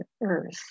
Earth